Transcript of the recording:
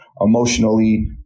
emotionally